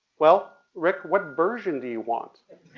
well, rick, what version do you want?